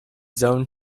zoned